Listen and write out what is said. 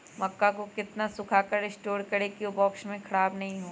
मक्का को कितना सूखा कर स्टोर करें की ओ बॉक्स में ख़राब नहीं हो?